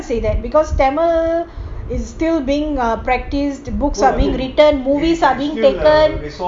no no no you can't say that because tamil is still being practiced books are still written movies are being taken